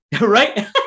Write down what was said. Right